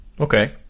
Okay